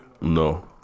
No